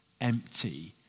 empty